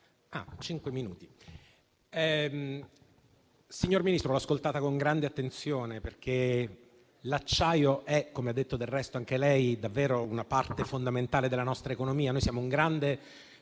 *(IV-C-RE)*. Signor Ministro, l'ho ascoltata con grande attenzione perché l'acciaio - come ha detto del resto anche lei - è davvero una parte fondamentale della nostra economia. Noi siamo un grande